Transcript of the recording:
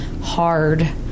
hard